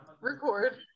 record